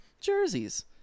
jerseys